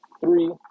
three